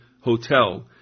Hotel